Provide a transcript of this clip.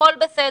הכול בסדר,